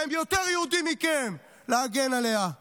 שהם יותר יהודים מכם, להגן עליה.